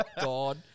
God